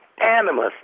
animus